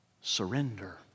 surrender